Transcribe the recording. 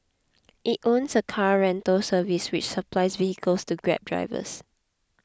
it owns a car rental service which supplies vehicles to grab drivers